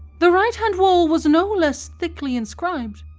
the right-hand wall was no less thickly inscribed,